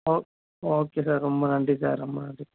ஓ okay sir ரொம்ப நன்றி sir ரொம்ப நன்றி